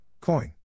Coin